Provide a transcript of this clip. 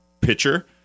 pitcher